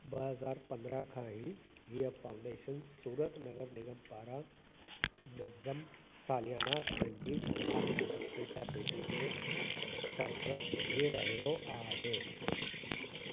ॿ हज़ार पंद्राहं खां ही हीअ फाउंडेशन सूरत नगर निगम पारां नज़्म सालियाना संजीव कुमार नाटक चटाभेटी जो सरपरस्त बि रहियो आहे